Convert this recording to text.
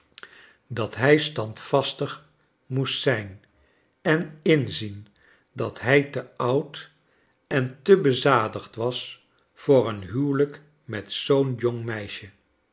dat hij standvastig moest zijn en inzien dat jiij te oud en te bezadigd was oor een huweiijk met zoo'n jong meisje